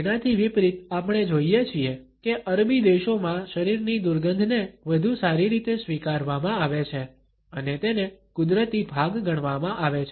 તેનાથી વિપરીત આપણે જોઈએ છીએ કે અરબી દેશોમાં શરીરની દુર્ગંધને વધુ સારી રીતે સ્વીકારવામાં આવે છે અને તેને કુદરતી ભાગ ગણવામાં આવે છે